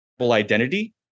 identity